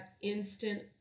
instant